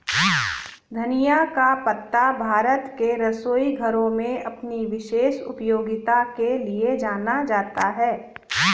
धनिया का पत्ता भारत के रसोई घरों में अपनी विशेष उपयोगिता के लिए जाना जाता है